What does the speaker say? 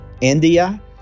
India